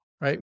right